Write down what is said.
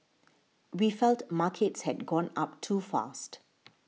we felt markets had gone up too fast